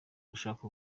gushaka